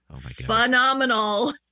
phenomenal